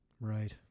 Right